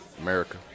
America